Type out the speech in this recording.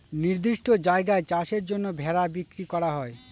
নির্দিষ্ট জায়গায় চাষের জন্য ভেড়া বিক্রি করা হয়